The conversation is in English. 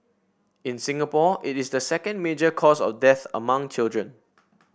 in Singapore it is the second major cause of death among children